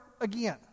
again